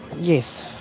yes.